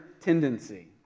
tendency